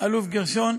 אלוף גרשון,